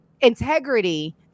integrity